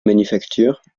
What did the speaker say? manufactures